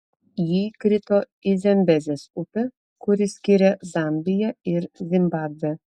ji įkrito į zambezės upę kuri skiria zambiją ir zimbabvę